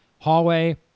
hallway